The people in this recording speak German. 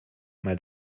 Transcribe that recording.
mal